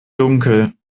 dunkel